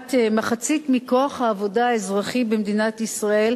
כמעט מחצית מכוח העבודה האזרחי במדינת ישראל.